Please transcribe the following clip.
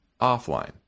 offline